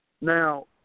Now